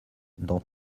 dans